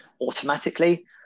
Automatically